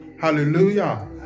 hallelujah